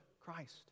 Christ